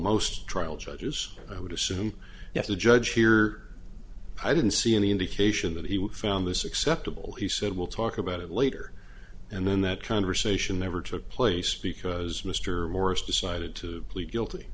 most trial judges who would assume if the judge here i didn't see any indication that he would found this acceptable he said we'll talk about it later and then that conversation never took place because mr morris decided to plead guilty